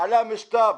בעלה משת"פ,